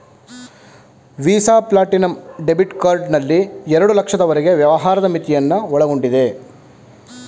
visa platinum debit card ನಲ್ಲಿ ಎರಡು ಲಕ್ಷದವರೆಗೆ ವ್ಯವಹಾರದ ಮಿತಿಯನ್ನು ಒಳಗೊಂಡಿದೆ